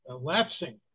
lapsing